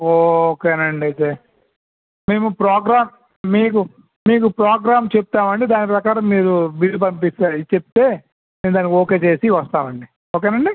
ఓకేనండి అయితే మేము ప్రోగ్రాం మీకు మీకు ప్రోగ్రాం చెప్తామండి దాని ప్రకారం మీరు బిల్ పంపిస్తే చెప్తే మేము దానికి ఓకే చేసి వస్తామండీ ఓకేనాండి